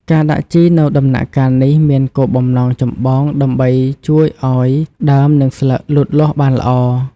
ការដាក់ជីនៅដំណាក់កាលនេះមានគោលបំណងចម្បងដើម្បីជួយឱ្យ ដើម និងស្លឹក លូតលាស់បានល្អ។